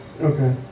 Okay